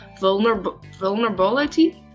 vulnerability